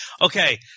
Okay